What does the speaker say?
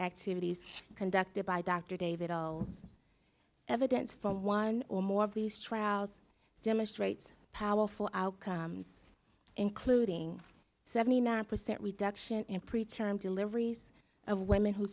activities conducted by dr david all evidence from one or more of these trials demonstrates powerful outcomes including seventy nine percent reduction in preaching and deliveries to women who